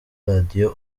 radio